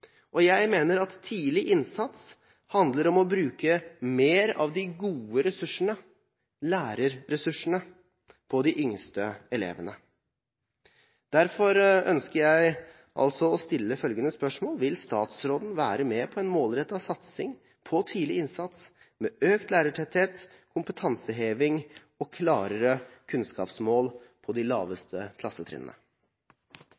og jeg mener at tidlig innsats handler om å bruke mer av de gode ressursene, lærerressursene, på de yngste elevene. Derfor ønsker jeg å stille følgende spørsmål: Vil statsråden være med på en målrettet satsing på tidlig innsats, med økt lærertetthet, kompetanseheving og klarere kunnskapsmål på de